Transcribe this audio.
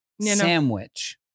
Sandwich